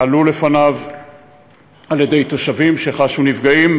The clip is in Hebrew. הועלו לפניו על-ידי תושבים שחשו נפגעים,